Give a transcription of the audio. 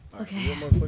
okay